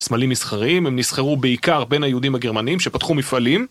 סמלים משחררים, הם נשחררו בעיקר בין היהודים הגרמנים שפתחו מפעלים